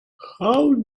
how